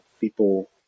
people